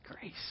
grace